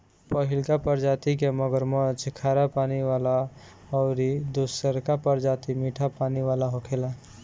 पहिलका प्रजाति के मगरमच्छ खारा पानी वाला अउरी दुसरका प्रजाति मीठा पानी वाला होखेला